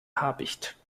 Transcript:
habicht